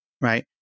right